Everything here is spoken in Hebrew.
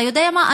אתה יודע מה?